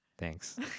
thanks